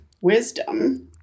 wisdom